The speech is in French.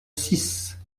six